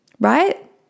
right